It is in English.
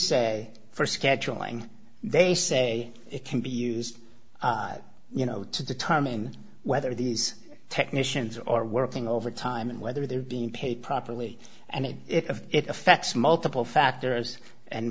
say for scheduling they say it can be used you know to determine whether these technicians are working overtime and whether they're being paid properly and if it affects multiple factors and